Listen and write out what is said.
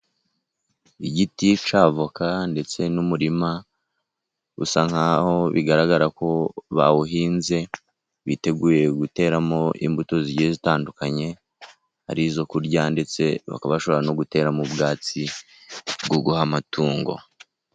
Igiti cy'avoka ndetse n'umurima usa nkaho bigaragara ko bawuhinze biteguye guteramo imbuto zigiye zitandukanye ari izo kurya ndetse bakabashobora no gutera mu bwatsi bw' amatungo.